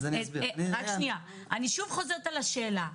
אני שוב חוזרת על השאלה,